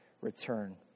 return